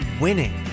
winning